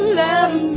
love